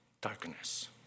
darkness